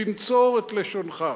תנצור את לשונך.